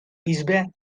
bisbe